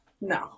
No